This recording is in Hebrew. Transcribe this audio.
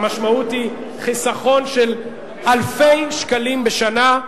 המשמעות היא חיסכון של אלפי שקלים בשנה.